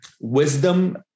wisdom